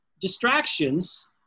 distractions